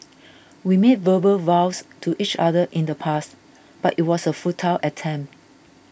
we made verbal vows to each other in the past but it was a futile attempt